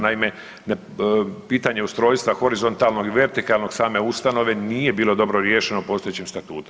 Naime, pitanje ustrojstva horizontalnog i vertikalnog same ustanove nije bilo dobro riješeno postojećim statutom.